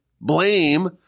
blame